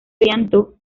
perianto